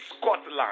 Scotland